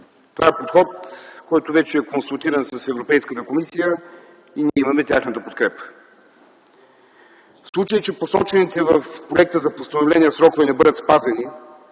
Това е подход, който вече е консултиран с Европейската комисия и ние имаме нейната подкрепа. В случай, че посочените в проекта за постановление срокове не бъдат спазени